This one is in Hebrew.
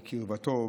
בקרבתו,